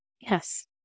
yes